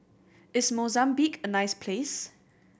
is Mozambique a nice place